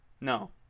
no